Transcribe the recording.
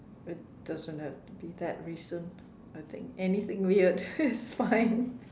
it doesn't have to be that recent I think anything weird is fine